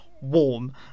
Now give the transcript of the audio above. warm